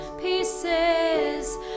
pieces